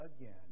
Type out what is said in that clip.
again